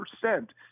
percent